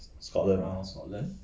scotland ah